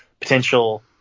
potential